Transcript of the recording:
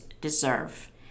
deserve